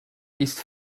ist